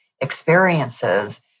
experiences